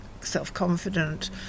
self-confident